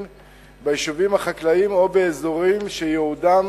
ביישובים החקלאיים או באזורים שייעודם